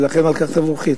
ולכן על כך תבורכי.